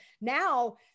now